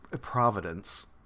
Providence